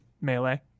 melee